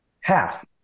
Half